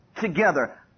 together